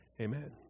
Amen